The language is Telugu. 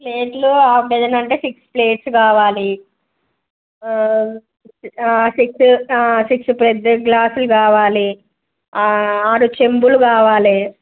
ప్లేట్లు హాఫ్ డజన్ అంటే సిక్స్ ప్లేట్స్ కావాలి సిక్స్ సిక్స్ పెద్దవి గ్లాసులు కావాలి ఆరు చెంబులు కావాలి